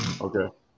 Okay